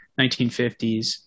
1950s